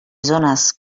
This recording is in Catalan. zones